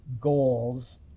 goals